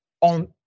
on